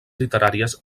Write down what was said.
literàries